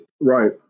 Right